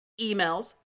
emails